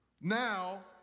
now